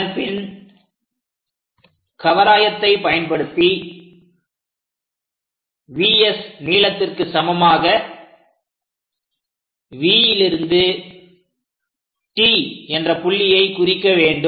அதன்பின் கவராயத்தை பயன்படுத்தி VS நீளத்திற்கு சமமாக V லிருந்து T என்ற புள்ளியை குறிக்க வேண்டும்